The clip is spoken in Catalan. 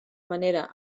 manera